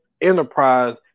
enterprise